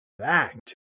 fact